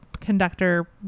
conductor